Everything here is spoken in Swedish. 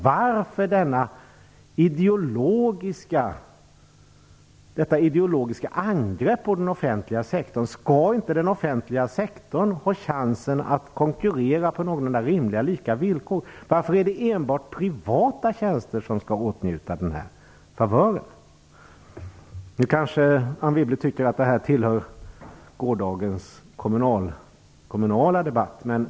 Varför detta ideologiska angrepp på den offentliga sektorn? Skall inte den offentliga sektorn ha chansen att konkurrera på någorlunda lika, rimliga villkor? Varför är det enbart privata tjänster som skall åtnjuta den här favören? Nu kanske Anne Wibble tycker att detta hör till gårdagens kommunala debatt.